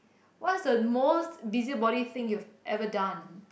what's the most busybody thing you've ever done